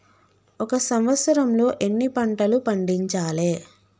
ఒక సంవత్సరంలో ఎన్ని పంటలు పండించాలే?